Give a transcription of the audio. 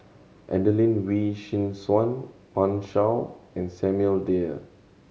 Adelene Wee Chin Suan Pan Shou and Samuel Dyer